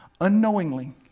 unknowingly